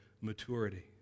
maturity